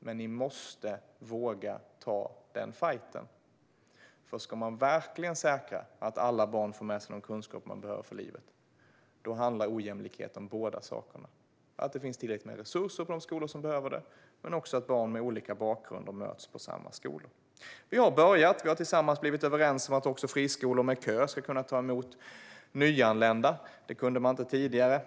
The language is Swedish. Men ni måste våga ta den fajten, för ska man verkligen säkra att alla barn får med sig de kunskaper de behöver för livet handlar det om både att det finns tillräckligt med resurser på de skolor som behöver det och att barn med olika bakgrunder möts på samma skolor. Vi har blivit överens om att också friskolor med kö ska kunna ta emot nyanlända. Det kunde de inte tidigare.